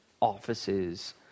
offices